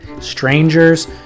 strangers